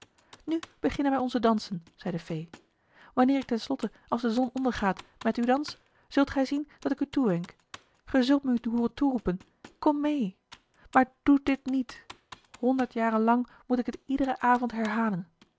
nu beginnen wij onze dansen zei de fee wanneer ik ten slotte als de zon ondergaat met u dans zult gij zien dat ik u toewenk ge zult me u hooren toeroepen kom mee maar doe dit niet honderd jaren lang moet ik het iederen avond herhalen